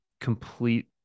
complete